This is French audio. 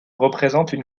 représentent